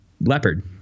leopard